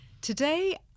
Today